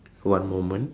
one moment